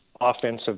offensive